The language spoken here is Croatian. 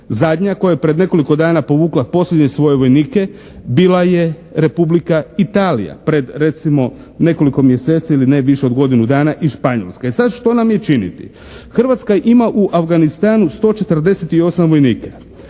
Zadnja koja je pred nekoliko dana povukla posljednje svoje vojnike bila je Republika Italija pred recimo nekoliko mjeseci ili ne više od godinu dana i Španjolska. I sad što nam je činiti? Hrvatska ima u Afganistanu 148 vojnika.